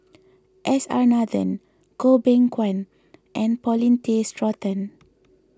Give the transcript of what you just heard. S R Nathan Goh Beng Kwan and Paulin Tay Straughan